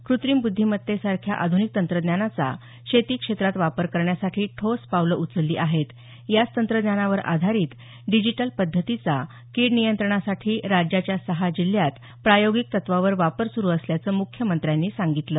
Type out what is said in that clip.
कृत्रीम बुद्धीमत्तेसारख्या आधुनिक तंत्रज्ञानाचा शेती क्षेत्रात वापर करण्यासाठी ठोस पावलं उचलली आहेत याच तंत्रज्ञानावर आधारित डिजीटल पध्दतीचा कीड नियंत्रणासाठी राज्याच्या सहा जिल्ह्यात प्रायोगिक तत्वावर वापर सुरु असल्याचं मुख्यमंत्र्यांनी सांगितलं